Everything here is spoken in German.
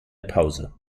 pause